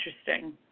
interesting